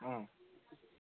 अँ